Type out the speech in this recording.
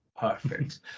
Perfect